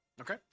Okay